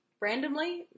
Randomly